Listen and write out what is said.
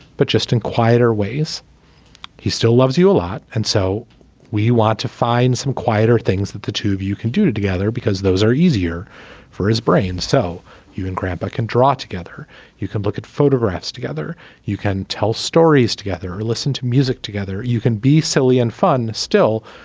but just in quieter ways he still loves you a lot. and so we want to find some quieter things that the two of you can do together because those are easier for his brain. so you and grandpa can draw together you can look at photographs together you can tell stories together or listen to music together you can be silly and fun still.